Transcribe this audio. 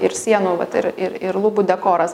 ir sienų vat ir ir ir lubų dekoras